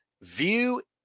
view